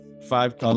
Five